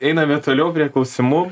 einame toliau prie klausimų